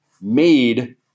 made